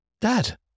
Dad